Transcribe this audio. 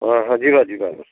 ହଁ ହଁ ଯିବା ଯିବା ଆମର